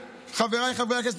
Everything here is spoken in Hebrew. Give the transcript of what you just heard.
חבריי חברי הכנסת,